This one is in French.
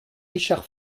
richard